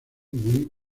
muy